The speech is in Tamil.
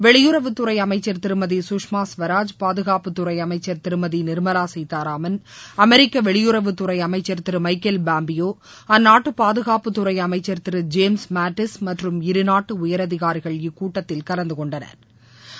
வெளியுறவுத்துறை அமைச்சர் திருமதி கஷ்மா ஸ்வராஜ் பாதுகாப்புத்துறை அமைச்சர் திருமதி நிர்மலா சீதாராமன் அமெிக்க வெளியுறவுத்துறை அமைச்ச் திரு மைக்கேல் பாம்பேயோ அந்நாட்டு பாதுகாப்புத்துறை அமைச்ச் திரு ஜேம்ஸ் மாடிஸ் மற்றும் இருநாட்டு உயரதிகாரிகள் இக்கூட்டத்தில் கலந்து கொண்டனா்